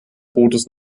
fotos